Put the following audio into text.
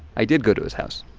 i did go to his house